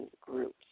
groups